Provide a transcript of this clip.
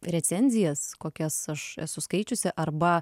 recenzijas kokias aš esu skaičiusi arba